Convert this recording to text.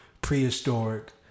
prehistoric